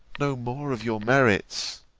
no more of your merits